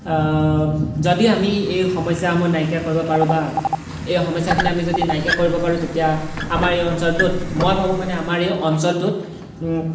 যদি আমি এই সমস্যাসমূহ নাইকিয়া কৰিব পাৰোঁ বা এই সমস্যাখিনি আমি যদি নাইকিয়া কৰিব পাৰোঁ তেতিয়া আমাৰ এই অঞ্চলটোত মই ভাবোঁ মানে আমাৰ এই অঞ্চলটোত